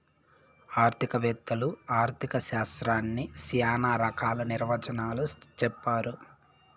ఆర్థిక వేత్తలు ఆర్ధిక శాస్త్రాన్ని శ్యానా రకాల నిర్వచనాలు చెప్పారు